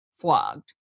flogged